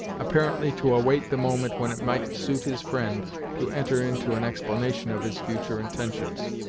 apparently to await the moment when it might suit his friend to enter into an explanation of his future intentions,